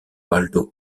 waldo